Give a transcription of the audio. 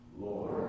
Lord